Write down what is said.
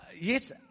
Yes